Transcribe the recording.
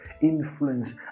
influence